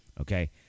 okay